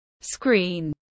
Screen